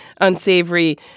unsavory